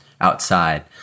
outside